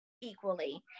equally